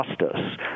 justice